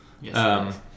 Yes